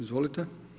Izvolite.